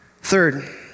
Third